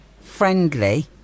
friendly